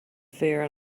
fair